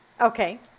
Okay